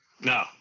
No